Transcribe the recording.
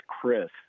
Chris